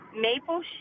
maple